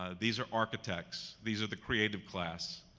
ah these are architects, these are the creative class,